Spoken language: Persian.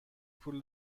پول